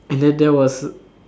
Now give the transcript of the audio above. and then there was